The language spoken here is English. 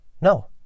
No